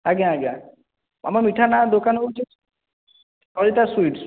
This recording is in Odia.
ଆଜ୍ଞା ଆଜ୍ଞା ଆମ ମିଠା ନାଁ ଦୋକାନ ହେଉଛି ସରିତା ସୁଇଟ୍ସ